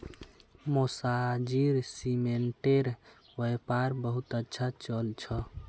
मौसाजीर सीमेंटेर व्यापार बहुत अच्छा चल छ